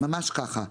ממש כך.